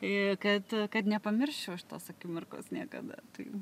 ir kad kad nepamirščiau šitos akimirkos niekada tai